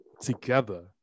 together